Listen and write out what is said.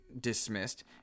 dismissed